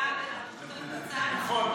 אז נא לא להפריע לי, לא,